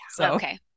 okay